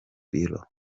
bureau